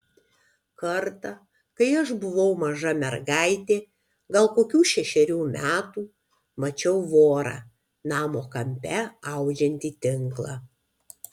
kartą kai aš buvau maža mergaitė gal kokių šešerių metų mačiau vorą namo kampe audžiantį tinklą